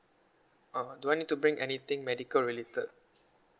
uh do I need to bring anything medical related